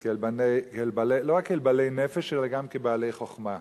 לא רק כאל בעלי נפש אלא גם כבעלי חוכמה.